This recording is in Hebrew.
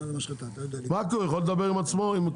היא יכולה לדבר עם כל המשחטות?